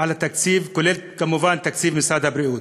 על התקציב, כולל, כמובן, תקציב משרד הבריאות.